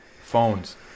Phones